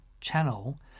channel